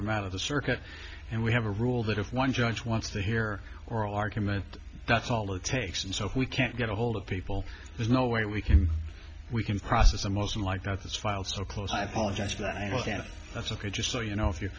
from out of the circuit and we have a rule that if one judge wants to hear oral argument that's all it takes and so if we can't get ahold of people there's no way we can we can process a motion like that was filed so close i apologize for that i can't that's ok just so you know if you